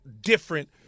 different